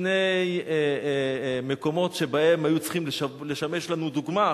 שני מקומות שהיו צריכים לשמש לנו דוגמה,